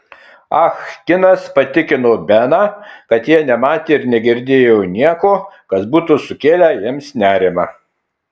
ah kinas patikino beną kad jie nematė ir negirdėjo nieko kas būtų sukėlę jiems nerimą